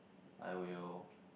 I will